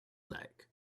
like